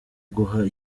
guha